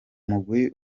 mugwi